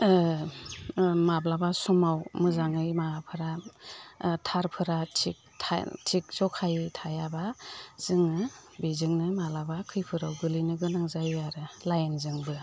माब्लाबा समाव मोजाङै माबाफोरा थारफोरा थिग थिग जखायै थायाब्ला जोङो बेजोंनो माब्लाबा खैफोदाव गोलैनो गोनां जायो आरो लाइनजोंबो